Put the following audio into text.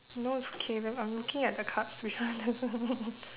no it's okay wait I'm looking at the cards which I'm